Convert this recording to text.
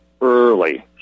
early